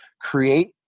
create